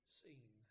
seen